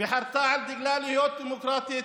וחרתה על דגלה להיות דמוקרטית